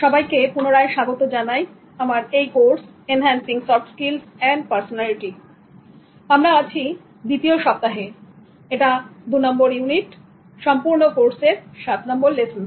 সবাইকে পুনরায় স্বাগত জানাই আমার এই course enhancing soft skills and পার্সোনালিটিআমরা আছি দ্বিতীয় সপ্তাহে এটা 2 নম্বর ইউনিট সম্পূর্ণ কোর্সের 7 নম্বর লেসন